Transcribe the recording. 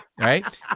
right